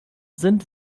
sind